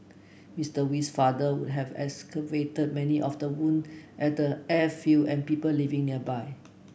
Mister Wee's father would have many of the wound at the airfield and people living nearby